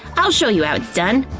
i'll show you how it's done.